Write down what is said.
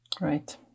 Right